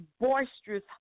boisterous